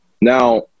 now